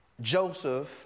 Joseph